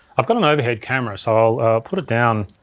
i've got an overhead camera so i'll put it down,